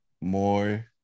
more